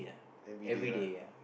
everyday lah